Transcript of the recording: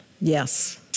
Yes